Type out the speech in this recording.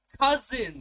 cousins